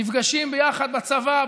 נפגשים יחד בצבא,